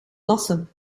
lassen